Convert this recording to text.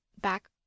back